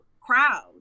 crowd